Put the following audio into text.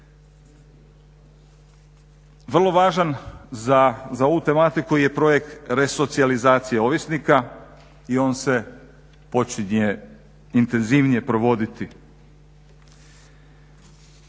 Vrlo važan za ovu tematiku je projekt resocijalizacije ovisnika i on se počinje intenzivnije provoditi.